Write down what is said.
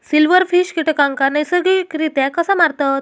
Silverfish कीटकांना नैसर्गिकरित्या कसा मारतत?